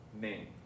Name